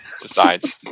decides